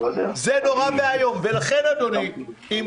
זה נורא ואיום.